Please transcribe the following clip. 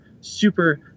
super